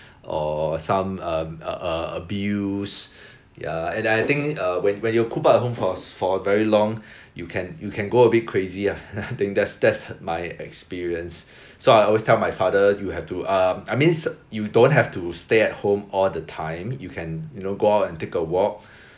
or some um err abuse ya and I think err when when you coop up at home for for very long you can you can go a bit crazy lah I think that's that's my experience so I always tell my father you have to um I mean s~ you don't have to stay at home all the time you can you know go out and take a walk